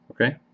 okay